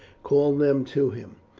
called them to him.